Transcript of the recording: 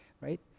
right